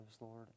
Lord